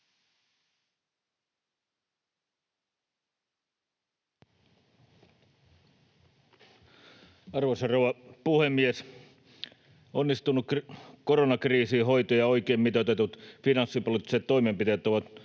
Arvoisa rouva puhemies! Onnistunut koronakriisin hoito ja oikein mitoitetut finanssipoliittiset toimenpiteet ovat